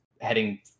heading